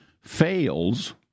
fails